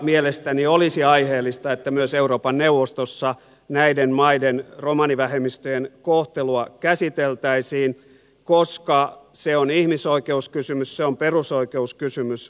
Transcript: mielestäni olisi aiheellista että myös euroopan neuvostossa näiden maiden romanivähemmistöjen kohtelua käsiteltäisiin koska se on ihmisoikeuskysymys se on perusoikeuskysymys